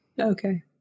Okay